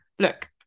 Look